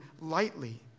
lightly